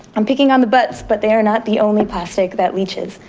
i'm picking on the butts, but they are not the only plastic that leeches.